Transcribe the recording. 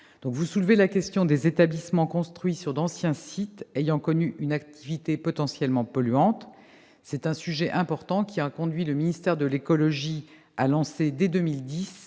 Vous soulevez la question des établissements construits sur d'anciens sites ayant connu une activité potentiellement polluante. C'est un sujet important qui a conduit le ministère de l'écologie à lancer, dès 2010,